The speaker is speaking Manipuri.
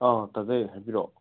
ꯑꯣ ꯇꯥꯖꯩ ꯍꯥꯏꯕꯤꯔꯛꯑꯣ